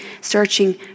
searching